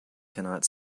cannot